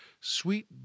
Sweet